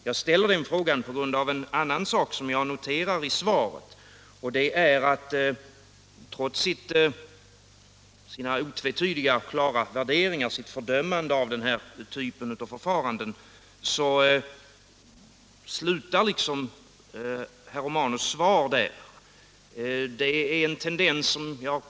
Jag ställer den frågan på grund av en annan sak som jag noterar i svaret, nämligen att herr Romanus efter sina otvetydiga och klara fördömanden av denna typ av förfaranden sedan inte går vidare utan låter sitt svar stanna vid detta.